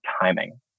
timing